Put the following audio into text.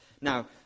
Now